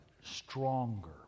stronger